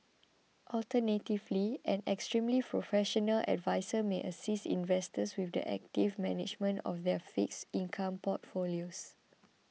alternatively an extremely professional adviser may assist investors with the active management of their fixed income portfolios